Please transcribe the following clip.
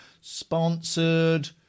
Sponsored